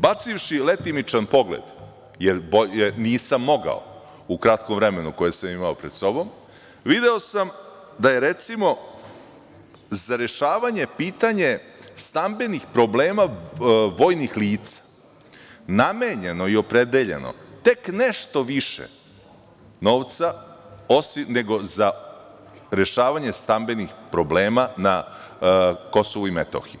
Bacivši letimičan pogled, jer bolje nisam mogao u kratkom vremenu koje sam imao pred sobom, video sam da je, recimo, za rešavanje pitanje stambenih problema vojnih lica namenjeno i opredeljeno tek nešto više novca nego za rešavanje stambenih problema na KiM,